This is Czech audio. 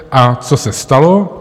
A co se stalo?